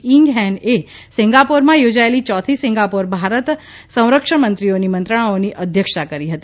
ઇંગ Hen એ સિંગાપોરમાં યોજાયેલી ચોથી સિગાપોર ભારત સંરક્ષમમંત્રીઓની મંત્રણાની અધ્યક્ષતા કરી હતી